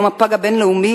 יום הפג הבין-לאומי,